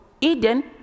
Eden